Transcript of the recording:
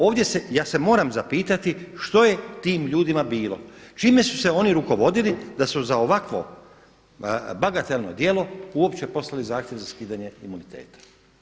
Ovdje se, ja se moram zapitati što je tim ljudima bilo, čime su se oni rukovodili da su za ovakvo bagatelno djelo uopće poslali zahtjev za skidanje imuniteta.